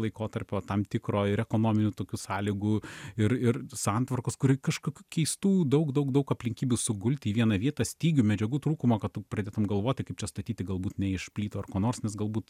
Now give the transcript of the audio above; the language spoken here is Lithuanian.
laikotarpio tam tikro ir ekonominių tokių sąlygų ir ir santvarkos kuri kažkokių keistų daug daug daug aplinkybių sugulti į vieną vietą stygių medžiagų trūkumo kad pradedam galvoti kaip čia statyti galbūt ne iš plytų ar ko nors nes galbūt